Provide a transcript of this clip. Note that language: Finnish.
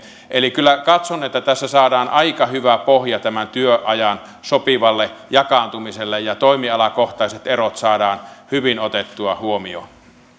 eli kyllä katson että tässä saadaan aika hyvä pohja tämän työajan sopivalle jakaantumiselle ja toimialakohtaiset erot saadaan hyvin otettua huomioon arvoisa puhemies